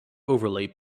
overlay